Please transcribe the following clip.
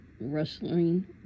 rustling